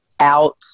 out